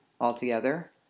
altogether